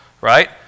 right